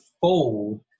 fold